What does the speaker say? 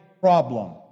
problem